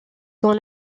dans